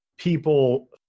people